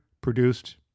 produced